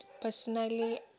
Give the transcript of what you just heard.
personally